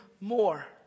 more